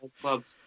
clubs